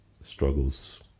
struggles